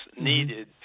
needed